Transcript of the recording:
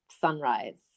sunrise